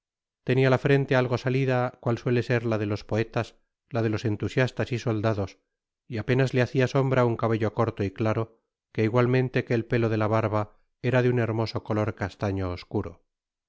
la frente algo salida cual suele ser la de los poetas la de los entusiastas y soldados y apenas le hacia sombra nn cabello corto y claro que igualmente que el pelo de la barba era de un hermoso color castaño oscuro